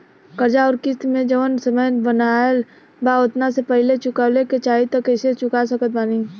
कर्जा अगर किश्त मे जऊन समय बनहाएल बा ओतना से पहिले चुकावे के चाहीं त कइसे चुका सकत बानी?